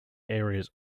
areas